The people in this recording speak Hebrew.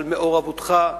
על מעורבותך,